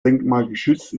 denkmalgeschützt